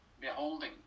beholding